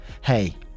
Hey